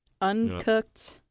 Uncooked